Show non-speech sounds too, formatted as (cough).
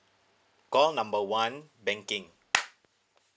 call number one banking (noise)